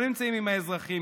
לא נמצאים עם אזרחים,